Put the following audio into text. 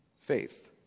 Faith